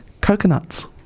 Coconuts